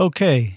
Okay